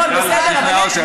הכול בסדר, אבל יש גבול.